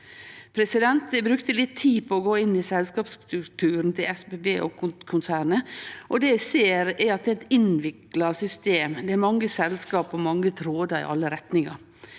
Eg brukte litt tid på å gå inn i selskapsstrukturen til SBB-konsernet, og det eg ser, er at det er eit innvikla system. Det er mange selskap og mange trådar i alle retningar.